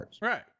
Right